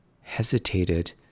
hesitated